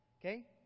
okay